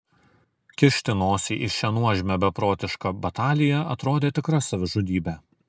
kišti nosį į šią nuožmią beprotišką bataliją atrodė tikra savižudybė